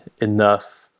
enough